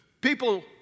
people